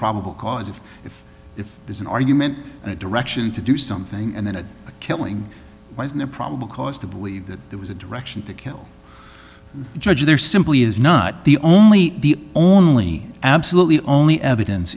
probable cause if if if there's an argument a direction to do something and then a killing why isn't there probable cause to believe that there was a direction to kill judge there simply is not the only the only absolutely only evidence